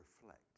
reflect